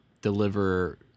deliver